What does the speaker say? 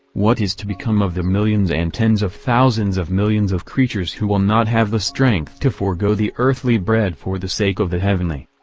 what is to become of the millions and tens of thousands of millions of creatures who will not have the strength to forego the earthly bread for the sake of the heavenly?